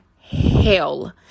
hell